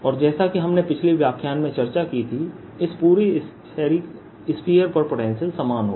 और जैसा कि हमने पिछले व्याख्यान में चर्चा की थी इस पूरे स्फीयर पर पोटेंशियल समान होगा